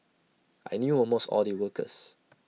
I knew almost all the workers